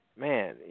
man